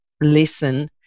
listen